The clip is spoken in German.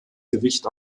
gewicht